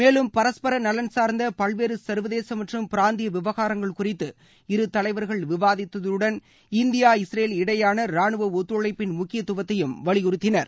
மேலும் பரஸ்பர நலன் சார்ந்த பல்வேறு சர்வதேச மற்றும் பிராந்திய விவகாரங்கள் குறித்து இரு தலைவர்கள் விவாதித்துடன் இந்தியா இஸ்ரேல் இடையேயான ரானுவ ஒத்தழைப்பின் முக்கியத்துவத்தையும் வலியுறுத்தினர்